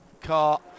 car